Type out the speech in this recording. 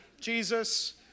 Jesus